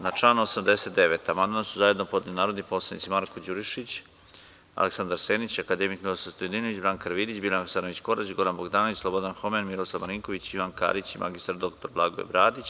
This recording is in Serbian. Na član 89. amandman su zajedno podneli narodni poslanici Marko Đurišić, Aleksandar Senić, akademik Ninoslav Stojadinović, Branka Karavidić, Biljana Hasanović Korać, Goran Bogdanović, Slobodan Homen, Miroslav Marinković, Ivan Karić i mr dr Blagoje Bradić.